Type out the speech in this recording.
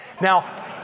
Now